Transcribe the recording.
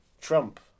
Trump